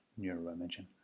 neuroimaging